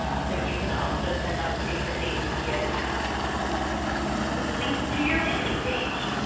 um so you can also send out save the dates via text and include links to your landing page.